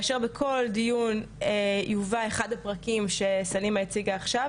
כאשר בכל דיון יובא אחד הפרקים שסלימה הציגה עכשיו,